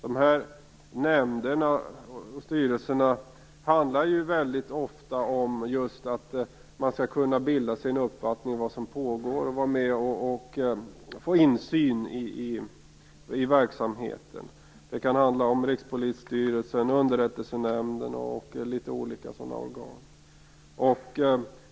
Dessa nämnder och styrelser har inrättats just för att man skall kunna bilda sig en uppfattning om vad som pågår och samtidigt få insyn i verksamheten. Det kan röra sig om Rikspolisstyrelsen, Underrättelsenämnden m.fl.